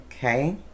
Okay